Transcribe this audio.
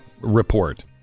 report